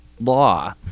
law